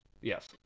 Yes